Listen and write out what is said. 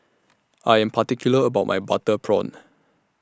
I Am particular about My Butter Prawn